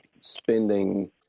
spending –